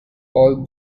all